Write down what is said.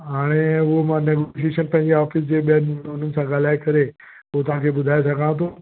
हाणे उहो मां ही शइ पंहिंजे ऑफ़िस जे ॿियनि हुननि सां ॻाल्हाए करे पोइ तव्हांखे ॿुधाए सघां थो